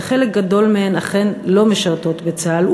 וחלק גדול מהן אכן לא משרתות בצה"ל.